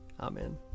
Amen